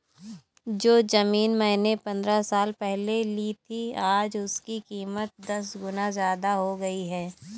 जो जमीन मैंने पंद्रह साल पहले ली थी, आज उसकी कीमत दस गुना जादा हो गई है